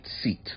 seat